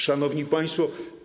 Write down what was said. Szanowni Państwo!